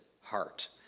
heart